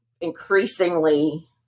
increasingly